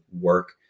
work